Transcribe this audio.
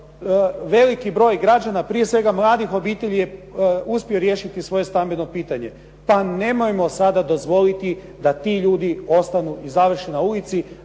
veliki broj građana, prije svega mladih obitelji je uspio riješiti svoje stambeno pitanje. Pa nemojmo sada dozvoliti da ti ljudi ostanu i završe na ulici